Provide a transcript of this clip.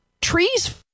Trees